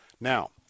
Now